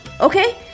Okay